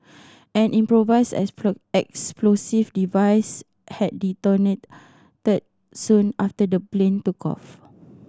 an improvised explosive device had detonated soon after the plane took off